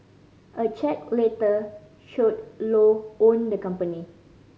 a check later showed Low owned the company